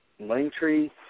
Langtree